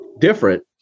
different